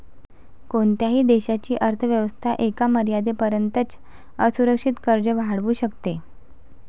कोणत्याही देशाची अर्थ व्यवस्था एका मर्यादेपर्यंतच असुरक्षित कर्ज वाढवू शकते